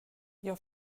jag